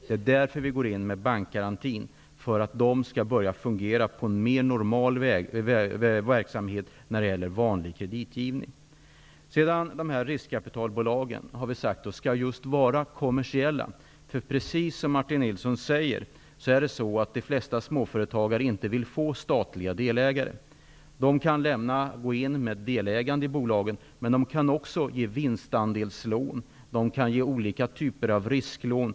Det är därför vi går in med bankgarantin, så att bankerna skall börja bedriva mer normal verksamhet med vanlig kreditgivning. Riskkapitalbolagen skall vara kommersiella. Precis som Martin Nilsson säger vill de flesta småföretagare inte ha statliga delägare. Riskkapitalbolagen kan gå in med ett delägande i bolagen, men de kan också ge vinstandelslån och olika typer av risklån.